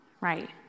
right